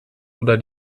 oder